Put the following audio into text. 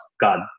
God